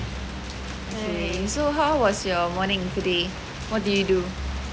okay so how was your morning today what did you do